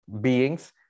Beings